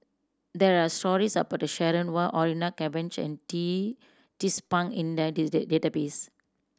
there are stories about Sharon Wee Orfeur Cavenagh and Tee Tzu Pheng in the date database